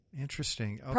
Interesting